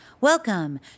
Welcome